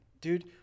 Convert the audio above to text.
dude